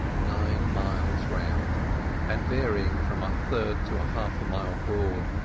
nine miles round and varying from a third to half a mile broad,